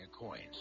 Coins